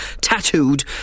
tattooed